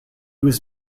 was